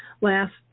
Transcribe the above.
last